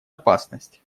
опасность